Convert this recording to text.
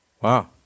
Wow